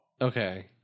Okay